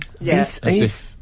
Yes